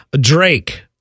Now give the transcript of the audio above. Drake